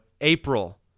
April